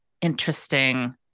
interesting